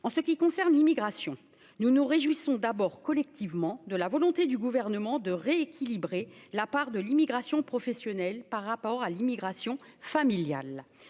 en ce qui concerne l'immigration, nous nous réjouissons d'abord collectivement de la volonté du gouvernement de rééquilibrer la part de l'immigration professionnelle par rapport à l'immigration familiale